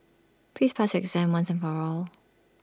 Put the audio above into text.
please pass your exam once and for all